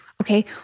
okay